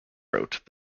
wrote